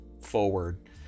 forward